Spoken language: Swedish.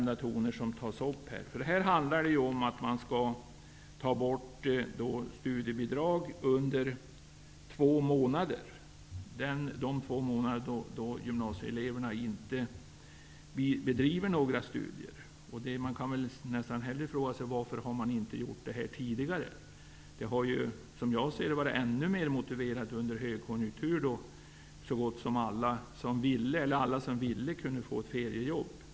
Det handlar här om att ta bort studiebidrag under de två månader som gymnasieeleverna inte bedriver några studier. Man kan nästan hellre fråga sig varför man inte har gjort det tidigare. Som jag ser det har det varit ännu mer motiverat under högkonjunkturen, då så gott som alla som ville kunde få ett feriejobb.